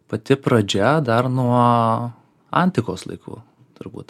pati pradžia dar nuo antikos laikų turbūt